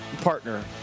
partner